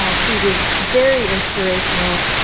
ah she was very inspirational.